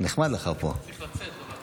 אני צריך לצאת.